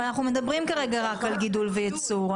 אבל אנחנו מדברים כרגע רק על גידול וייצור,